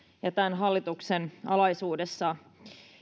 ja tämän hallituksen alaisuudessa